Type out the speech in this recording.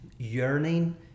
yearning